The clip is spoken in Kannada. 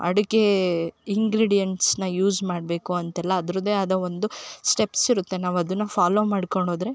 ಅದಕೇ ಇಂಗ್ರೀಡಿಯೆಂಟ್ಸ್ನ ಯೂಸ್ ಮಾಡಬೇಕು ಅಂತೆಲ್ಲ ಅದ್ರದೇ ಆದ ಒಂದು ಸ್ಟೆಪ್ಸ್ ಇರುತ್ತೆ ನಾವು ಅದನ್ನ ಫಾಲೋ ಮಾಡ್ಕೊಂಡು ಹೋದರೆ